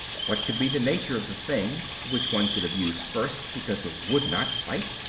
what could be the nature of the thing which one could abuse first because it would not fight,